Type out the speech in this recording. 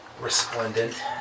resplendent